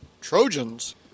Trojans